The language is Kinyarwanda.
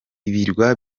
ibirwa